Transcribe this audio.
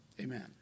amen